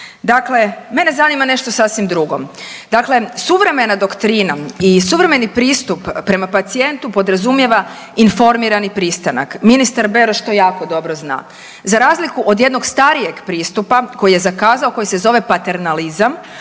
Dakle, mene zanima nešto sasvim drugo. Dakle, suvremena doktrina i suvremeni pristup prema pacijentu podrazumijeva informirani pristanak. Ministar Beroš to jako dobro zna za razliku od jednog starijeg pristupa koji je zakazao, koji se zove paternalizam